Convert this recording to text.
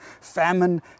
famine